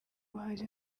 hari